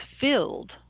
filled